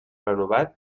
renovat